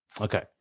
Okay